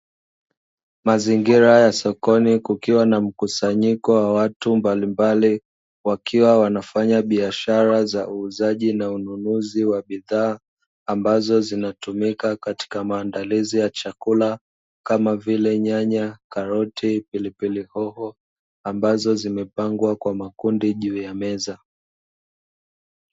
Mazingira ya sokoni kukiwa na mkusanyiko wa watu mbalimbali wakiwa wanafanya biashara za uuzaji na ununuzi wa bidhaa ambazo zinatumika katika maandalizi ya chakula kama vile nyanya karoti, pilipili, hoho ambazo zimepangwa kwa makundi juu ya meza.